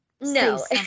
no